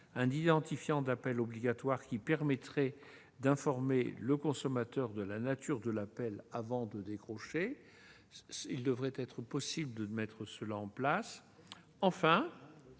un identifiant d'appel obligatoire, qui permettrait d'informer le consommateur de la nature de l'appel avant de décrocher. Il devrait être possible de mettre un tel dispositif en place. Enfin,